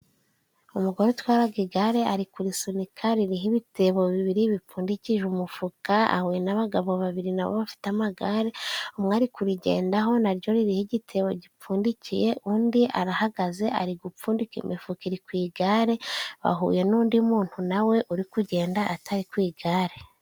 Umugore utwaraga igare ari kurisunika ririho, ibitebo bibiri bipfundikije umufuka. Ahuye n'abagabo babiri nabo bafite amagare, umwe ari kurigendaho naryo ririho igitebo gipfundikiye. Undi arahagaze ari gupfundika imifuka iri ku igare, ahuye n'undi muntu nawe uri kugenda atari ku igare.